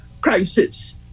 crisis